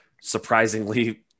surprisingly